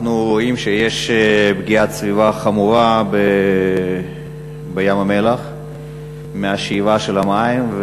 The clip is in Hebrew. אנחנו רואים שיש פגיעת סביבה חמורה בים-המלח מהשאיבה של המים,